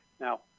Now